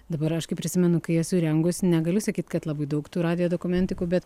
dabar aš kai prisimenu kai esu rengus negaliu sakyt kad labai daug tų radijo dokumentikų bet